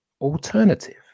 alternative